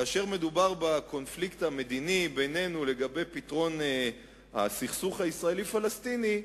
כאשר מדובר בקונפליקט המדיני בינינו לגבי פתרון הסכסוך הישראלי-פלסטיני,